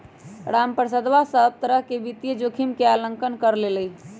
रामप्रसादवा सब प्तरह के वित्तीय जोखिम के आंकलन कर लेल कई है